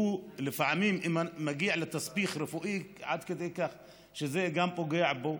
הוא לפעמים מגיע לסיבוך רפואי עד כדי כך שזה גם פוגע בו,